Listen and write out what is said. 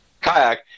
kayak